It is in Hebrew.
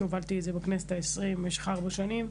שהובלתי בכנסת העשרים במשך ארבע שנים.